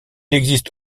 existe